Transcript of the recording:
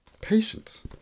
patience